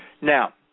Now